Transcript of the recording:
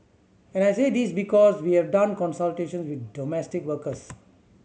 and I say this because we have done consultations with domestic workers